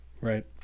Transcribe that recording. Right